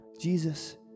Jesus